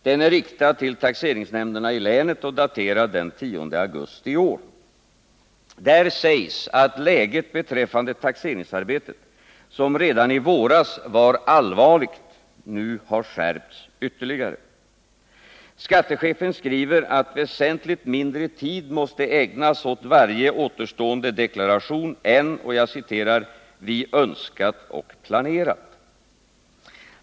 Den är riktad till taxeringsnämnderna i länet och daterad den 10 augusti i år. Där sägs att läget beträffande taxeringsarbetet, som redan i våras var allvarligt, nu har skärpts ytterligare. Skattechefen skriver att väsentligt mindre tid måste ägnas åt varje återstående deklaration än ”vi önskat och planerat”.